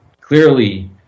clearly